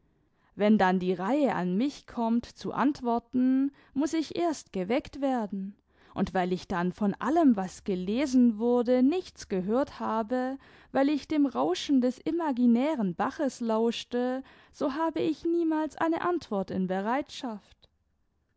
wenn dann die reihe an mich kommt zu antworten muß ich erst geweckt werden und weil ich dann von allem was gelesen wurde nichts gehört habe weil ich dem rauschen des imaginären baches lauschte so habe ich niemals eine antwort in bereitschaft